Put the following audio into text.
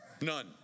None